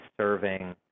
serving